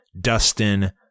Dustin